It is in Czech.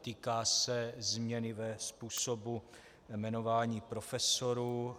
Týká se změny ve způsobu jmenování profesorů.